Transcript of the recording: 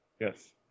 Yes